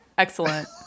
Excellent